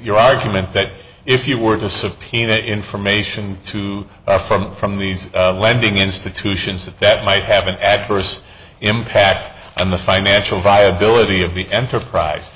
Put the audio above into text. your argument that if you were to subpoena information too from from these lending institutions that might have an adverse impact on the financial viability of the enterprise